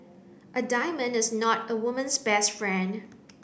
a diamond is not a woman's best friend